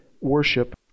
worship